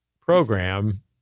program